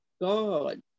God